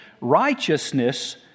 righteousness